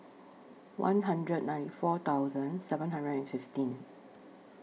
one hundred ninety four thousand seven hundred and fifteen